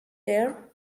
turn